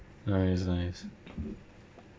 nice nice